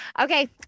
Okay